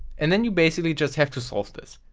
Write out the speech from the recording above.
and then you basically just have to solve this.